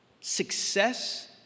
Success